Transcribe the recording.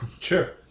Sure